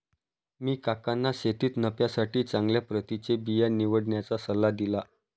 मी काकांना शेतीत नफ्यासाठी चांगल्या प्रतीचे बिया निवडण्याचा सल्ला दिला